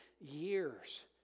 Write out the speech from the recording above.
years